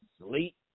sleep